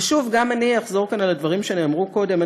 ושוב, גם אני אחזור כאן על הדברים שנאמרו קודם.